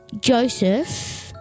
Joseph